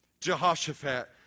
Jehoshaphat